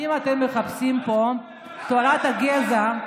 אם אתם מחפשים פה תורת הגזע,